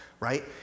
Right